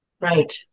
Right